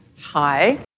Hi